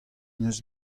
neus